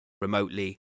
remotely